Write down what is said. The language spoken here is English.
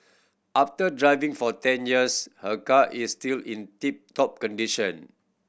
after driving for ten years her car is still in tip top condition